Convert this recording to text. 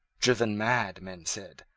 driven mad, men said,